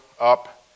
up